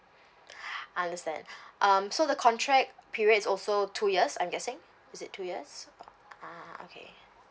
understand um so the contract period is also two years I'm guessing is it two years ah okay